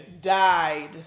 died